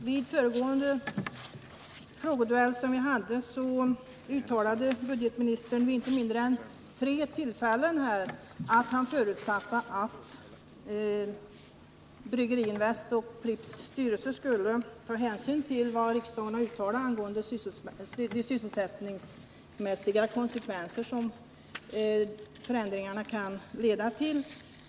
Herr talman! I den förra frågeduellen om det här ärendet uttalade budgetministern vid inte mindre än tre tillfällen att han förutsatte att Brygginvest och Pripps styrelse skulle ta hänsyn till vad riksdagen hade uttalat angående de sysselsättningsmässiga konsekvenser som förändringarna skulle kunna leda till.